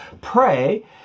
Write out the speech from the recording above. pray